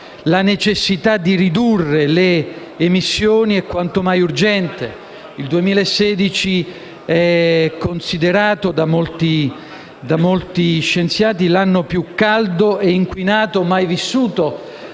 La necessità di ridurre le emissioni è quanto mai urgente. Il 2016 è considerato da molti scienziati l'anno più caldo e inquinato mai vissuto